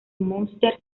munster